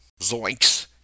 Zoinks